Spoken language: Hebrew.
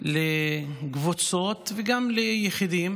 של קבוצות וגם של יחידים